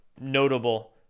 notable